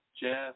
Jeff